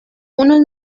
unos